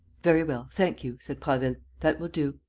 very well. thank you, said prasville. that will do.